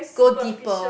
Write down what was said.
go deeper